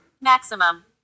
Maximum